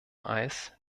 eis